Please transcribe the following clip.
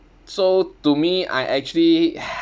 so to me I actually